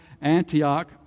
Antioch